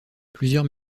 plusieurs